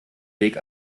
weg